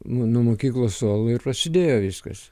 nuo mokyklos suolo ir prasidėjo viskas